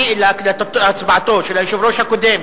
אלא נקלטה הצבעתו של היושב-ראש הקודם,